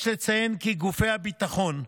יש לציין כי גופי הביטחון,